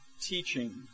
teaching